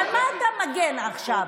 על מה אתה מגן עכשיו?